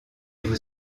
vous